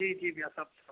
जी जी भैया सब सब